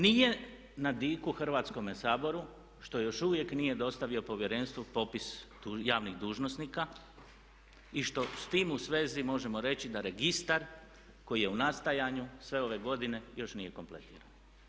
Nije na diku Hrvatskome saboru što još uvijek nije dostavio Povjerenstvu popis javnih dužnosnika i što sa time u svezi možemo reći da registar koji je u nastajanju sve ove godine još nije kompletiran.